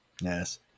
yes